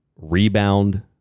rebound